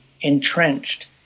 entrenched